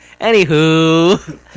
Anywho